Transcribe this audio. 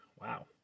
Wow